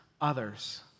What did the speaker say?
others